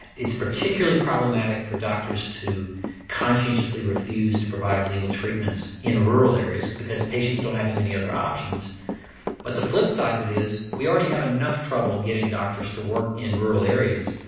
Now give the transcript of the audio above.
it's particularly problematic for doctors to conscientiously refuse to provide legal treatments in rural areas because patients don't have as many other options but the flip side of it is we already have enough trouble getting doctors to work in rural areas.